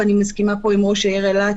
ואני מסכימה פה עם ראש העיר אילת,